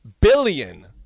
billion